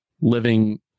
living